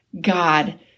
God